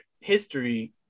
history